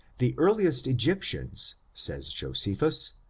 the earliest egyptians, says josephus,